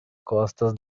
costas